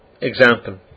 example